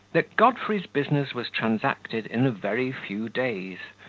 that godfrey's business was transacted in a very few days,